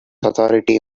authority